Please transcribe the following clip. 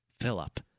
Philip